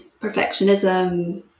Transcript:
perfectionism